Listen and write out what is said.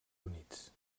units